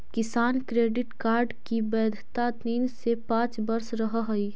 किसान credit card की वैधता तीन से पांच वर्ष रहअ हई